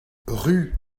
rue